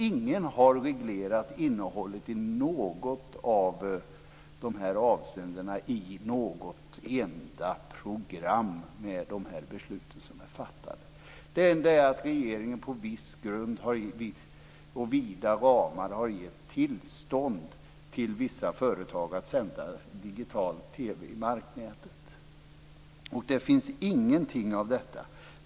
Ingen har reglerat innehållet i något av dessa avseenden i något enda program med de beslut som är fattade. Det enda är att regeringen på viss grund inom vida ramar har gett tillstånd till vissa företag att sända digital-TV i marknätet.